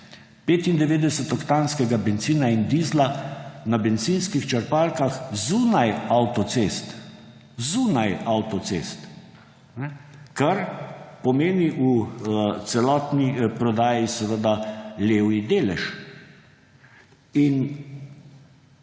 95-oktanskega bencina in dizla na bencinskih črpalkah zunaj avtocest, zunaj avtocest, kar pomeni v celotni prodaji seveda levji delež.